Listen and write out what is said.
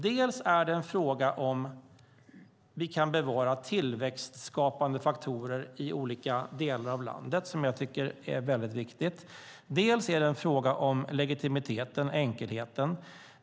Dels är det en fråga om vi kan bevara tillväxtskapande faktorer i olika delar av landet, vilket jag tycker är mycket viktigt, dels är det en fråga om legitimiteten, enkelheten.